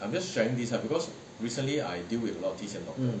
mm